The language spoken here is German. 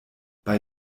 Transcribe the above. bei